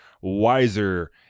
wiser